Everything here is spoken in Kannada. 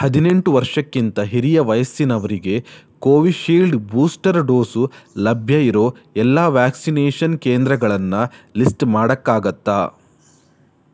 ಹದಿನೆಂಟು ವರ್ಷಕ್ಕಿಂತ ಹಿರಿಯ ವಯಸ್ಸಿನವರಿಗೆ ಕೋವಿಶೀಲ್ಡ್ ಬೂಸ್ಟರ ಡೋಸು ಲಭ್ಯ ಇರೋ ಎಲ್ಲ ವ್ಯಾಕ್ಸಿನೇಷನ್ ಕೇಂದ್ರಗಳನ್ನು ಲಿಸ್ಟ್ ಮಾಡೋಕ್ಕಾಗುತ್ತಾ